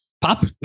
pop